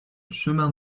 chemin